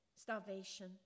Starvation